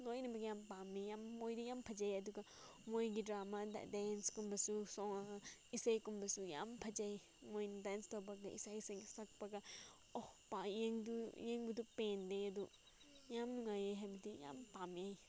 ꯂꯣꯏꯅꯃꯛ ꯌꯥꯝ ꯄꯥꯝꯃꯦ ꯌꯥꯝ ꯃꯣꯏꯗꯣ ꯌꯥꯝ ꯐꯖꯩ ꯑꯗꯨꯒ ꯃꯣꯏꯒꯤ ꯗ꯭ꯔꯃꯥꯗ ꯗꯦꯟꯁꯀꯨꯝꯕꯁꯨ ꯆꯣꯡꯉꯒ ꯏꯁꯩꯒꯨꯝꯕꯁꯨ ꯌꯥꯝ ꯐꯖꯩ ꯃꯣꯏꯅ ꯗꯦꯟꯁ ꯇꯧꯕꯒ ꯏꯁꯩꯁꯤꯡ ꯁꯛꯄꯒ ꯑꯣ ꯌꯦꯡꯗꯨ ꯌꯦꯡꯕꯗꯨ ꯄꯦꯟꯗꯦ ꯑꯗꯨ ꯌꯥꯝ ꯅꯨꯡꯉꯥꯏꯌꯦ ꯍꯥꯏꯕꯗꯤ ꯌꯥꯝ ꯄꯥꯝꯃꯦ